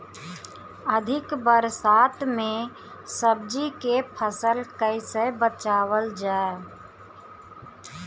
अधिक बरसात में सब्जी के फसल कैसे बचावल जाय?